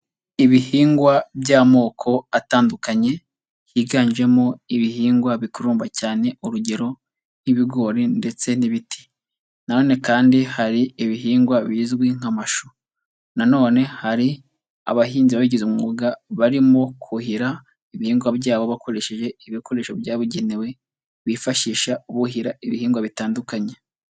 Ibihingwa by'amoko atandukanye higanjemo ibihingwa bikurumba cyane, urugero nk'ibigori ndetse n'ibiti, na none kandi hari ibihingwa bizwi nk'amashu, na none hari abahinzi babigize umwuga barimo kuhira ibihingwa byabo bakoresheje ibikoresho byabugenewe bifashisha buhira ibihingwa bitandukanye.